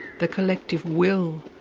the collective will,